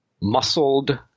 muscled